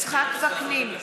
יצחק וקנין,